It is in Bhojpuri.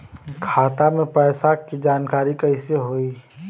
खाता मे पैसा के जानकारी कइसे होई?